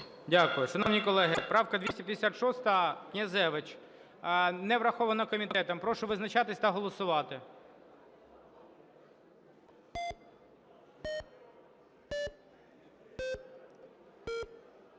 Дякую. Шановні колеги, правка 256, Князевич. Не врахована комітетом. Прошу визначатись та голосувати.